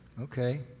Okay